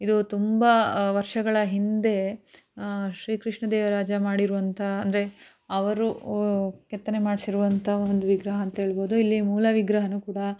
ಇದು ತುಂಬ ವರ್ಷಗಳ ಹಿಂದೆ ಶ್ರೀ ಕೃಷ್ಣದೇವರಾಜ ಮಾಡಿರುವಂಥ ಅಂದರೆ ಅವರು ಕೆತ್ತನೆ ಮಾಡಿಸಿರುವಂಥ ಒಂದು ವಿಗ್ರಹ ಅಂತ ಹೇಳ್ಬೋದು ಇಲ್ಲಿ ಮೂಲ ವಿಗ್ರಹವೂ ಕೂಡ